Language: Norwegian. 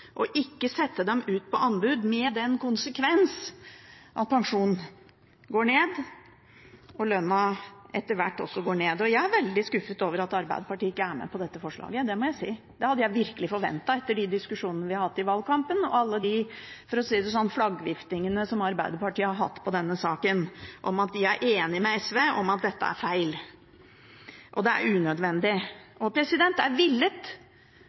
ikke sette dem ut på anbud med den konsekvens at pensjonen går ned, og lønnen etter hvert også går ned. Jeg er veldig skuffet over at Arbeiderpartiet ikke er med på dette forslaget, det må jeg si. Det hadde jeg virkelig forventet etter de diskusjonene vi har hatt i valgkampen, og alle de – for å si det sånn – flaggviftingene Arbeiderpartiet har gjort i denne saken om at de er enig med SV om at dette er feil, og det er unødvendig. Det er villet. Sykepleierforbundet har spurt Fremskrittspartiets og Høyres kommunestyrerepresentanter om det er